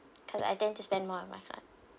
because I tend to spend more on my card